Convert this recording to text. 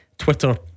Twitter